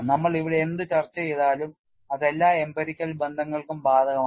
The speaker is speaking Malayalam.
നമ്മൾ ഇവിടെ എന്ത് ചർച്ച ചെയ്താലും അത് എല്ലാ emperical ബന്ധങ്ങൾക്കും ബാധകമാണ്